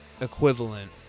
equivalent